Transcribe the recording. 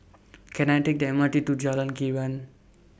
Can I Take The M R T to Jalan Krian